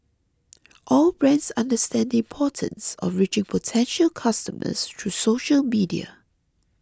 all brands understand the importance of reaching potential customers through social media